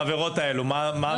בעבירות האלו, מה הממוצע?